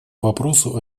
вопросу